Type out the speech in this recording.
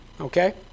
Okay